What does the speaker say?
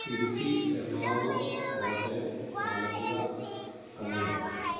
Idukki Ernakulam Kottayam Alappuzha Kannur